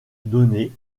donné